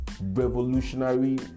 revolutionary